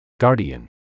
Guardian